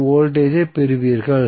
2 volt ஐப் பெறுவீர்கள்